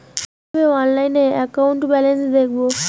কিভাবে অনলাইনে account balance দেখবো?